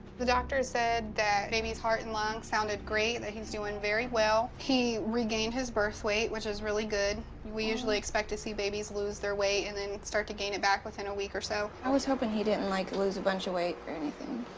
the doctor said that baby's heart and lungs sounded great, that he's doing very well. he regained his birth weight, which is really good. we usually expect to see babies lose their weight and then start to gain it back within a week or so. i was hoping he didn't, like, lose a bunch of weight or anything.